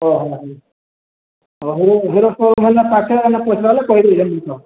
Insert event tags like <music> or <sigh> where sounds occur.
ହଁ ହଁ ହେଉ ହେଇ ରକମ ଭାଇନା ପାଖେଇ ଆସିଲେ ପଇସା ହେଲା କହିଦେବି <unintelligible> ସହ